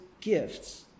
gifts